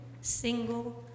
single